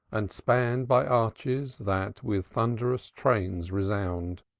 and spanned by arches that with thund'rous trains resound,